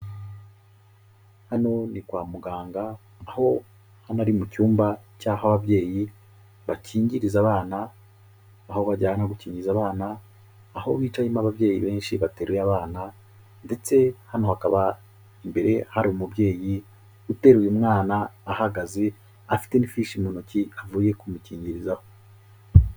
Hano ni kwa muganga aho hano ari mu cyumba cy'aho ababyeyi bakingiriza abana, aho bajyana gukingiza abana, aho bitamo ababyeyi benshi bateruye abana ndetse hano hakaba imbere hari umubyeyi uteraye umwana ahagaze afite n'ifishi mu ntoki avuye kumukingirizaho.